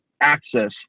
access